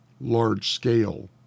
large-scale